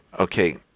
Okay